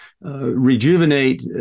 Rejuvenate